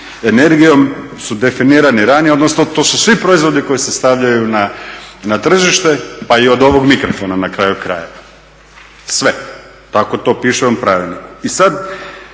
energijom su definirani ranije, odnosno to su svi proizvodi koji se stavljaju na tržište pa i od ovog mikrofona na kraju krajeva, sve, tako to piše u ovom Pravilniku. I sad,